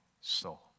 soul